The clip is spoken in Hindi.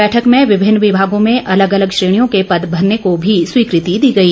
बैठक में विभिन्न विभागों में अलग अलग श्रेणियों के पद भरने को भी स्वीकृति दी गई